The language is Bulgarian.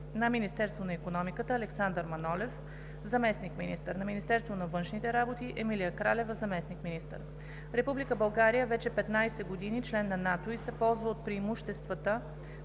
на Министерството на икономиката: Александър Манолев – заместник–министър; на Министерството на външните работи: Емилия Кралева – заместник-министър. Република България вече 15 години е член на НАТО и се ползва от преимуществата,